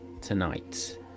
tonight